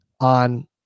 on